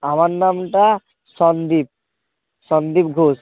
আমার নামটা সন্দীপ সন্দীপ ঘোষ